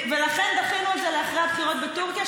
ולכן דחינו את זה לאחרי הבחירות בטורקיה,